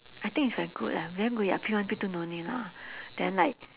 I think it's very good leh then we are P one P two don't need lah then like